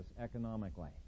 economically